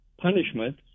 punishment